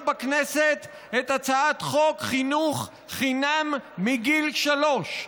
בכנסת את הצעת חוק חינוך חינם מגיל שלוש.